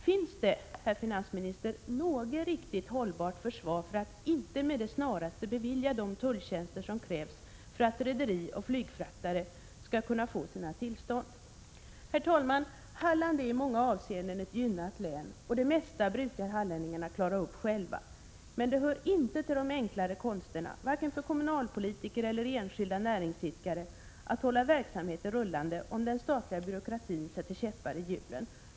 Finns det, herr finansminister, något riktigt hållbart försvar för att inte med det snaraste bevilja de tulltjänster som krävs för att rederi och flygfraktare skall kunna få sina tillstånd? Herr talman! Halland är i många avseenden ett gynnat län, och det mesta brukar hallänningarna klara själva. Men det hör inte till de enklare konsterna, varken för kommunalpolitiker eller enskilda näringsidkare, att hålla verksamheter rullande om den statliga byråkratin sätter käppar i hjulen.